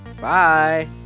Bye